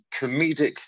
comedic